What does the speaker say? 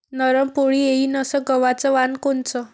नरम पोळी येईन अस गवाचं वान कोनचं?